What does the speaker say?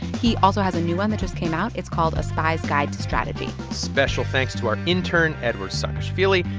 he also has a new one that just came out. it's called a spy's guide to strategy. special thanks to our intern, eduard saakashvili.